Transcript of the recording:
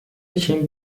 için